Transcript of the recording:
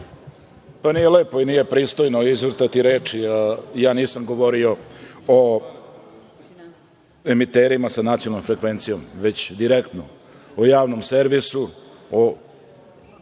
Nije lepo i nije pristojno izvrtati reči. Ja nisam govorio o emiterima sa nacionalnom frekvencijom, već direktno o Javnom servisu, o